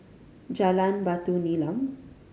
Jalan Batu Nilam